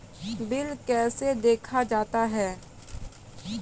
Bill कैसे देखा जाता हैं?